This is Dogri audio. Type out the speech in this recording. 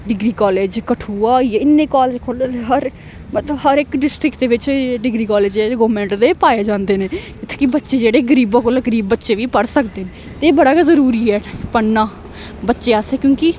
डिग्री कालेज कठुआ हो गे इन्ने कालेज खोह्ल दे ह मतलब हर इक डिस्ट्रिक्ट दे बिच डिग्र कालेज गौोरमेंट दे पाए जंदे न जित्थै कि बच्चे जेह्ड़े गरीब को गरीब बच्चे बी पढ़ी सकदे न एह् बड़ा गै जरूरी ऐ पढ़ना बच्चे आस्तै क्योंकि